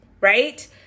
right